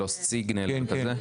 lost signal וכזה?